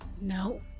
no